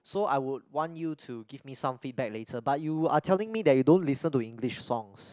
so I would want you to give me some feedback later but you are telling me that you don't listen to English songs